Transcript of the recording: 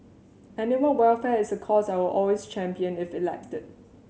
animal welfare is a cause I will always champion if elected